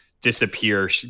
disappear